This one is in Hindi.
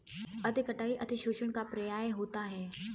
अति कटाई अतिशोषण का पर्याय होता है